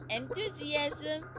enthusiasm